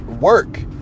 work